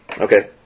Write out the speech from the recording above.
Okay